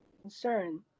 concern